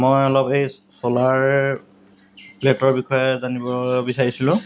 মই অলপ এই চ'লাৰ প্লেটৰ বিষয়ে জানিব বিচাৰিছিলোঁ